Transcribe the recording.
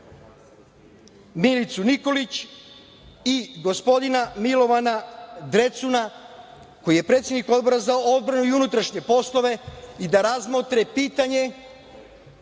Milicu Nikolić i gospodina Milovana Drecuna, koji je predsednik Odbora za odbranu i unutrašnje poslove i da razmotre pitanje